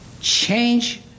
change